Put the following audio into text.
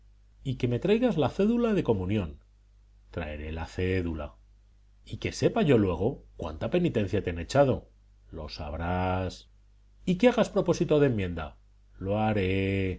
y que me traigas la cédula de comunión traeré la cédula y que sepa yo luego cuánta penitencia te han echado lo sabrás y que hagas propósito de enmienda lo haré